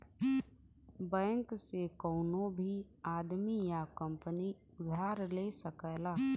bank से कउनो भी आदमी या कंपनी उधार ले सकला